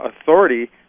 authority